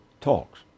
talks